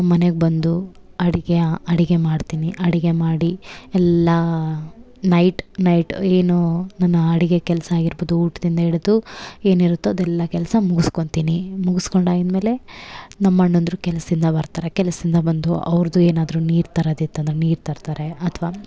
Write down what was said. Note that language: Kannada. ಮನೆಗೆ ಬಂದು ಅಡುಗೆ ಅಡುಗೆ ಮಾಡ್ತೀನಿ ಅಡುಗೆ ಮಾಡಿ ಎಲ್ಲ ನೈಟ್ ನೈಟ್ ಏನೂ ನನ್ನ ಅಡುಗೆ ಕೆಲಸಾಗಿರ್ಬೋದು ಊಟದಿಂದ ಹಿಡಿದು ಏನಿರುತ್ತೋ ಅದೆಲ್ಲ ಕೆಲಸ ಮುಗಿಸ್ಕೊತೀನಿ ಮುಗಿಸ್ಕೊಂಡಾಗಿದ್ಮೇಲೆ ನಮ್ಮಅಣ್ಣಂದ್ರು ಕೆಲ್ಸದಿಂದ ಬರ್ತಾರೆ ಕೆಲ್ಸದಿಂದ ಬಂದು ಅವ್ರದ್ದು ಏನಾದರು ನೀರು ತರೋದಿತ್ ಅಂದರೆ ನೀರು ತರ್ತಾರೆ ಅಥ್ವ